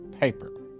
paper